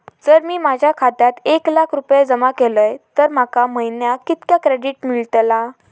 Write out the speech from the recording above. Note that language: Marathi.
जर मी माझ्या खात्यात एक लाख रुपये जमा केलय तर माका महिन्याक कितक्या क्रेडिट मेलतला?